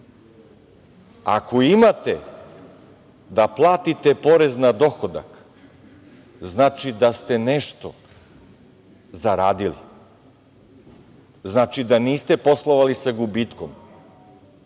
ako imate da platite porez na dohodak, znači da ste nešto zaradili, znači da niste poslovali sa gubitkom